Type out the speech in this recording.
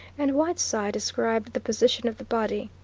and whiteside described the position of the body.